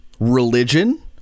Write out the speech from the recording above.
Religion